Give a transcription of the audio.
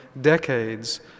decades